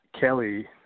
Kelly